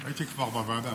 הייתי כבר בוועדה.